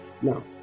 Now